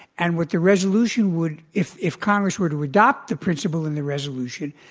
and what the resolution would if if congress were to adopt the principle in the resolution,